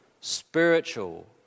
spiritual